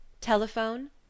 Telephone